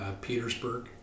Petersburg